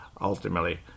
ultimately